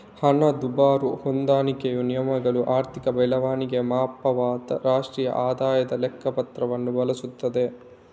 ಹಣದುಬ್ಬರ ಹೊಂದಾಣಿಕೆಯ ನಿಯಮಗಳು ಆರ್ಥಿಕ ಬೆಳವಣಿಗೆಯ ಮಾಪನದ ರಾಷ್ಟ್ರೀಯ ಆದಾಯದ ಲೆಕ್ಕ ಪತ್ರವನ್ನು ಬಳಸುತ್ತದೆ